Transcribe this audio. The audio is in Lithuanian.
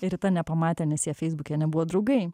ir rita nepamatė nes jie feisbuke nebuvo draugai